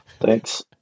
thanks